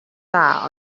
dda